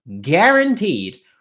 guaranteed